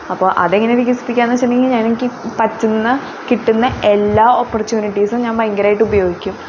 അപ്പോൾ അതെങ്ങനെ വികസിപ്പിക്കാമെന്ന് വെച്ചിട്ടുണ്ടെങ്കിൽ എനിക്ക് പറ്റുന്ന കിട്ടുന്ന എല്ലാ ഓപ്പർച്യുണിറ്റിസും ഞാൻ ഭയങ്കരമായിട്ട് ഉപയോഗിക്കും